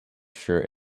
shirt